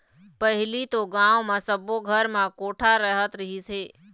पहिली तो गाँव म सब्बो घर म कोठा रहत रहिस हे